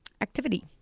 activity